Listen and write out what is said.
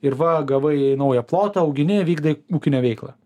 ir va gavai naują plotą augini vykdai ūkinę veiklą